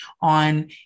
on